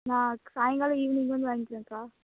நான் சாயங்காலம் ஈவினிங் வந்து வாங்கிக்கிறேங்க்கா